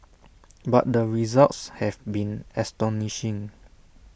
but the results have been astonishing